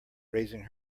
raising